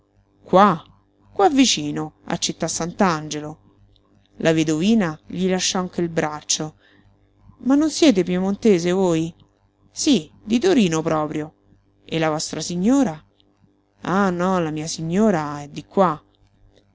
qua qua vicino a città sant'angelo la vedovina gli lasciò anche il braccio ma non siete piemontese voi sí di torino proprio e la vostra signora ah no la mia signora è di qua